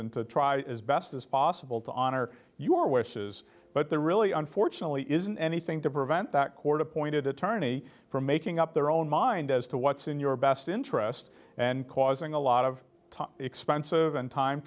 and to try as best as possible to honor your wishes but there really unfortunately isn't anything to prevent that court appointed attorney from making up their own mind as to what's in your best interest and causing a lot of expensive and time